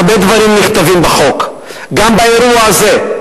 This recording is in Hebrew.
הרבה דברים נכתבים בחוק, גם לאירוע הזה.